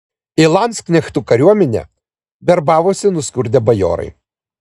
į landsknechtų kariuomenę verbavosi nuskurdę bajorai